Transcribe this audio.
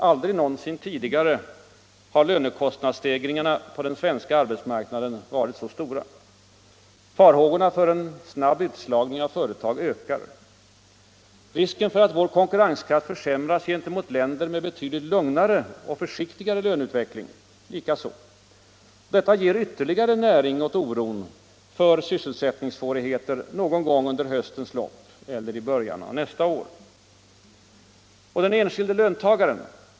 Aldrig någonsin tidigare har lönekostnadsstegringarna på den svenska arbetsmarknaden varit så stora. Farhågorna för en snabb utslagning av företag ökar. Risken för att vår konkurrenskraft försämras gentemot länder med betydligt lugnare och försiktigare löneutveckling likaså. Detta ger ytterligare näring åt oron för sysselsättningssvårigheter någon gång under höstens lopp eller i början av nästa år. Och den enskilde löntagaren?